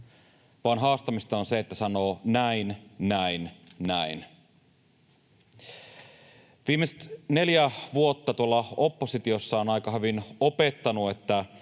vaan haastamista on se, että sanoo ”näin, näin, näin”. Viimeiset neljä vuotta tuolla oppositiossa on aika hyvin opettanut, miten